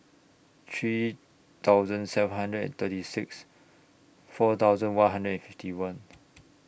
three thousand seven hundred and thirty six four thousand one hundred and fifty one